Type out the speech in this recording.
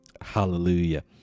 hallelujah